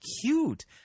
cute